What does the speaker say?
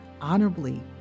honorably